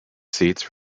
seats